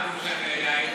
מירי,